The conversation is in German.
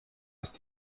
ist